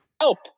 Help